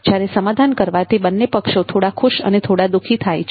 જ્યારે સમાધાન કરવાથી બન્ને પક્ષો થોડા ખુશ અને થોડા દુઃખી થાય છે